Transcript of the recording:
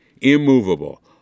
immovable